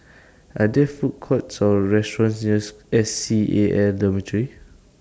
Are There Food Courts Or restaurants nears S C A L Dormitory